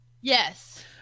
yes